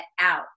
out